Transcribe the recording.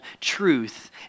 truth